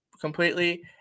completely